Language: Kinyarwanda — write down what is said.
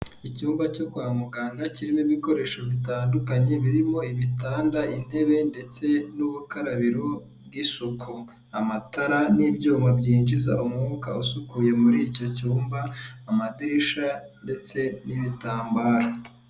Icyumba cyo kwa muganga kirimo ibikoresho bitandukanye birimo ibitanda intebe ndetse n'ubukarabiro bw'isuku amatara n'ibyuma byinjiza umwuka usukuye muri icyo cyumba amadirisha ndetse n'ibitambaro.